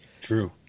True